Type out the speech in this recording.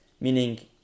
Meaning